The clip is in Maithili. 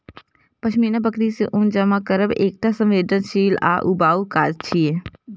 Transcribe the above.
पश्मीना बकरी सं ऊन जमा करब एकटा संवेदनशील आ ऊबाऊ काज छियै